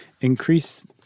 increase